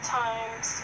times